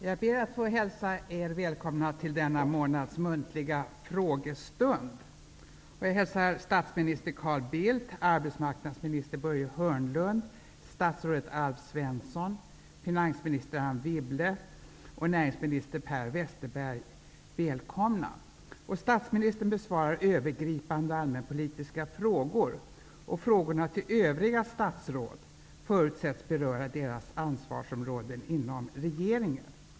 Jag hälsar statsminister Carl Bildt, arbetsmarknadsminister Börje Hörnlund, statsrådet Alf Svensson, finansminister Anne Wibble och näringsminister Per Westerberg välkomna till denna månads frågestund. Statsministern besvarar övergripande allmänpolitiska frågor. Frågorna till övriga statsråd förutsätts beröra deras ansvarsområden inom regeringen.